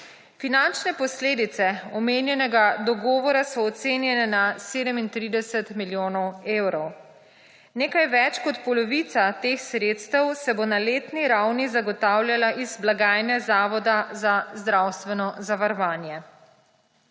(nadaljevanje) ocenjene na 37 milijonov evrov. Nekaj več kot polovica teh sredstev se bo na letni ravni zagotavljala iz blagajne Zavoda za zdravstveno zavarovanje.